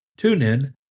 TuneIn